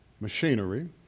machinery